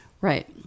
Right